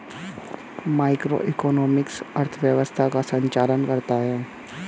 macroeconomics अर्थव्यवस्था का संचालन करता है